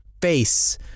face